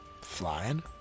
flying